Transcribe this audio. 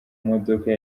modoka